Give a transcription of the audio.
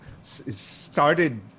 started